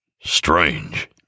Strange